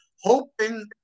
Hoping